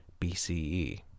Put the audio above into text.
BCE